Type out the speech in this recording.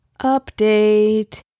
Update